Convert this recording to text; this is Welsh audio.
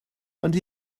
ond